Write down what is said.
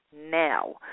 now